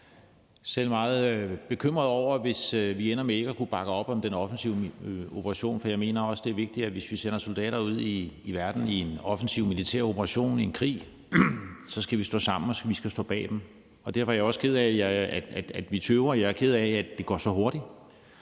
selv meget bekymret over det, hvis det ender med, at vi ikke kan bakke op om den offensive operation. For jeg mener også, det er vigtigt, at vi, hvis vi sender soldater ud i verden i en offensiv militær operation, i en krig, så skal stå sammen, og at vi skal stå bag dem. Derfor er jeg også ked af, at vi tøver, og at det skal gå så hurtigt.